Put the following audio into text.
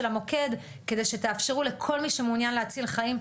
המוקד כדי שתאפשרו לכל מי שמעוניין להציל חיים,